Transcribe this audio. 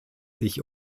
sich